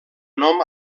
nom